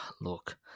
look